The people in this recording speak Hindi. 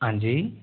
हाँ जी